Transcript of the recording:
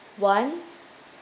one